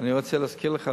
ואני רוצה להזכיר לך,